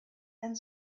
and